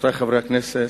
רבותי חברי הכנסת,